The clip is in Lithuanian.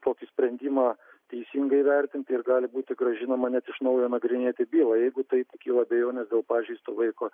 tokį sprendimą teisingai vertinti ir gali būti grąžinama net iš naujo nagrinėti bylą jeigu taip kyla abejonės dėl pažeisto vaiko